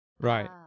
Right